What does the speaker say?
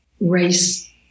Race